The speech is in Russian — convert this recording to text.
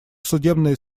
судебная